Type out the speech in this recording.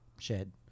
shed